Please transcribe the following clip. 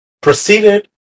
proceeded